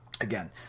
Again